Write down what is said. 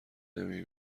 نمی